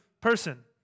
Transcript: person